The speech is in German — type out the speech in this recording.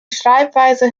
schreibweise